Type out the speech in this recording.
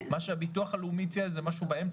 מה שהביטוח הלאומי ציין זה משהו באמצע,